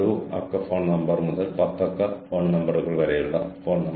strategic human resource മാനേജ്മെന്റിന്റെ multi level model